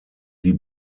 die